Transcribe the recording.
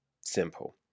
Simple